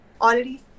already